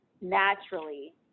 naturally